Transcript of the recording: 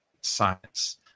science